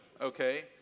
okay